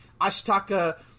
Ashitaka